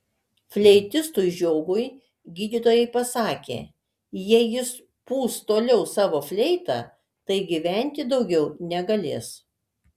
fleitistui žiogui gydytojai pasakė jei jis pūs toliau savo fleitą tai gyventi daugiau negalės